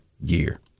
year